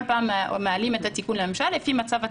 כל פעם מעלים את התיקון לממשלה לפי מצב התחלואה.